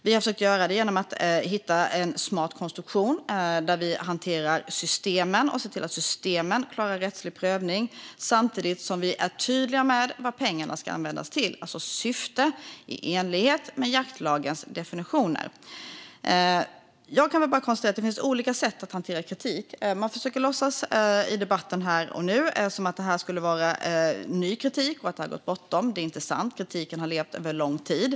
Vi har försökt göra det genom att hitta en smart konstruktion där vi hanterar systemen och ser till att de klarar en rättslig prövning, samtidigt som vi är tydliga med vad pengarna ska användas till - alltså ett syfte i enlighet med jaktlagens definitioner. Jag kan konstatera att det finns olika sätt att hantera kritik. I debatten här och nu försöker man att låtsas som att detta skulle vara ny kritik. Det är inte sant - kritiken har levt över lång tid.